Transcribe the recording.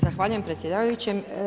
Zahvaljujem predsjedavajućem.